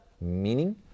meaning